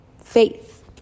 faith